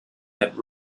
had